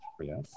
yes